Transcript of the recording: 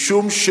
משום,